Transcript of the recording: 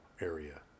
area